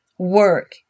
Work